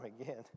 again